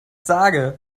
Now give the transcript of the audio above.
sage